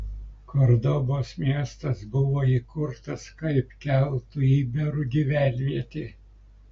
kordobos miestas buvo įkurtas kaip keltų iberų gyvenvietė